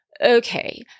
okay